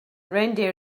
reindeer